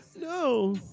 No